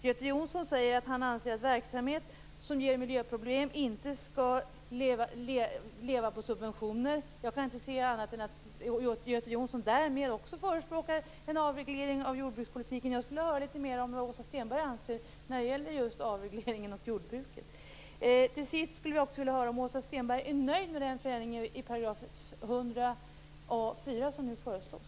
Göte Jonsson säger att han anser att verksamhet som ger miljöproblem inte skall leva på subventioner. Jag kan inte se annat än att Göte Jonsson därmed också förespråkar en avreglering av jordbrukspolitiken. Jag skulle vilja höra litet mer om vad Åsa Stenberg anser när det gäller just avregleringen av jordbruket. Till sist vill jag höra om Åsa Stenberg är nöjd med den förändring i artikel 100a punkt 4 som nu förslås.